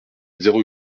zéro